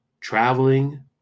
traveling